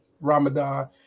Ramadan